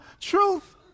truth